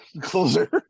Closer